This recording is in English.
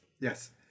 Yes